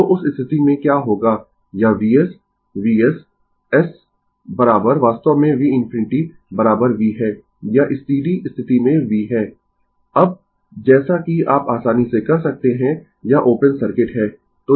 तो उस स्थिति में क्या होगा यह Vs Vss वास्तव में v infinity v है यह स्टीडी स्थिति में v है अब जैसा कि आप आसानी से कर सकते है यह ओपन सर्किट है